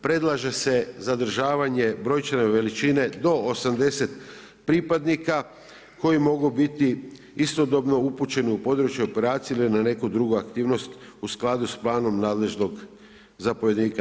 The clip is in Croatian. Predlaže se zadržavanje brojčane veličine do 80 pripadnika koji mogu biti istodobno upućeni u područje operacije ili na neku drugu aktivnost u skladu s planom nadležnog zapovjednika.